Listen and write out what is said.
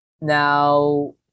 Now